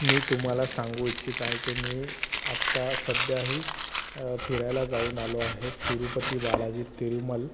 मी तुम्हाला सांगू इच्छित आहे की मी आत्ता सध्याही फिरायला जाऊन आलो आहे तिरुपती बालाजी तिरुमल